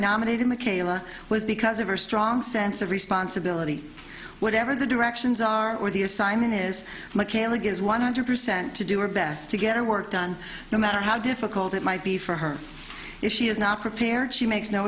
nominated mckayla was because of her strong sense of responsibility whatever the directions are or the assignment is mckayla gives one hundred percent to do her best to get her work done no matter how difficult it might be for her if she is not prepared she makes no